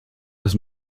das